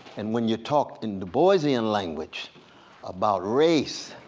and when you talk in du boisian language about race,